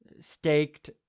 staked